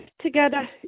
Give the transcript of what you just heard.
together